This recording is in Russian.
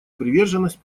приверженность